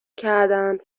کردم